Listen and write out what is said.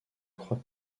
croix